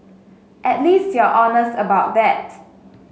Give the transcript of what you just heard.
at least you're honest about that